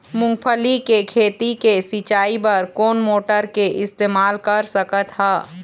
मूंगफली के खेती के सिचाई बर कोन मोटर के इस्तेमाल कर सकत ह?